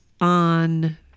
on